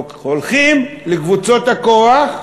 הולכים לקבוצות הכוח,